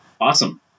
Awesome